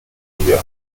follia